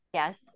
Yes